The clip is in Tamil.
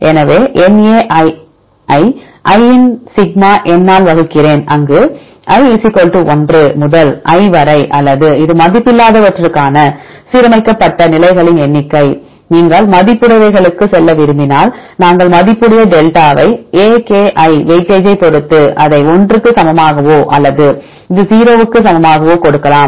எனவே na ஐ i இன் சிக்மா n ஆல் வகுக்கிறேன் அங்கு i 1 முதல் l வரை அல்லது இது மதிப்பில்லாதவற்றுக்கான சீரமைக்கப்பட்ட நிலைகளின் எண்ணிக்கை நீங்கள் மதிப்புடையவைகளுக்கு செல்ல விரும்பினால் நாங்கள் மதிப்புடைய டெல்டாவை a k i வெயிட்டேஜைப் பொறுத்து இதை 1 க்கு சமமாகவோ அல்லது இது 0 க்கு சமமாகவோ கொடுக்கலாம்